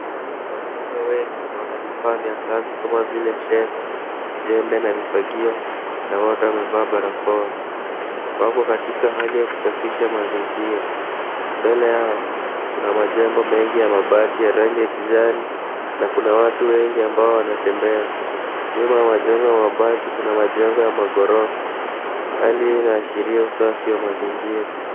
Wanaume wengi wana vifaa vya kazi kama vile sheve, jembe na vifagio, na wote wamevaa barakoa. Wako katika hali ya kusafisha mazingira. Mbele yao, kuna majengo mengi ya mabati ya rangi ya kijani na kuna watu wengi ambao wanatembea. Nyuma ya majengo ya mabati kuna majengo ya maghorofa. Hali hii inaashiria usafi wa mazingira.